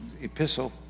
epistle